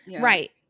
right